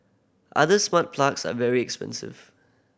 other smart plugs are very expensive